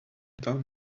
down